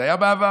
זה היה בעבר.